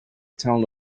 town